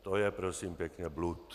To je prosím pěkně blud.